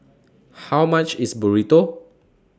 How much IS Burrito